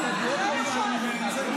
הוא לא יכול לעלות.